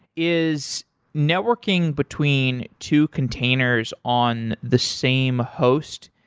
is networking between two containers on the same host,